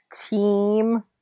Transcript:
team